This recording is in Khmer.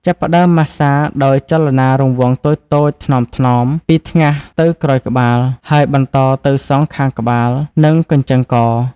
ចាប់ផ្តើមម៉ាស្សាដោយចលនារង្វង់តូចៗថ្នមៗ ពីថ្ងាសទៅក្រោយក្បាល ហើយបន្តទៅសងខាងក្បាល និងកញ្ចឹងក។